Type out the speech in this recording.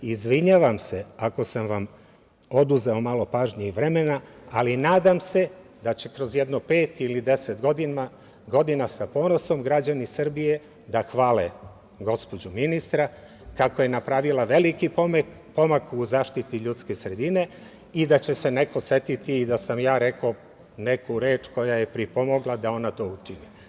Izvinjavam se, ako sam vam oduzeo malo pažnje i vremena, ali nadam se da će kroz jedno pete ili 10 godina sa ponosom građani Srbije da hvale gospođu ministra kako je napravila veliki pomak u zaštiti ljudske sredine i da će se neko setiti i da sam ja rekao neku reč koja je pripomogla da ona to učini.